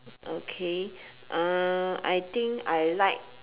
okay uh I think I like